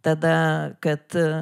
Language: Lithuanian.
tada kad